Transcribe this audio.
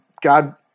God